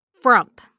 Frump